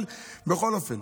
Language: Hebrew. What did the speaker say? אבל בכל אופן,